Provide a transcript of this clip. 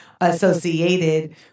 associated